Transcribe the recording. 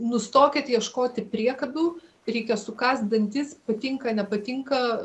nustokit ieškoti priekabių reikia sukąst dantis patinka nepatinka